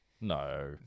No